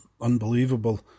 unbelievable